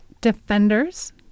Defenders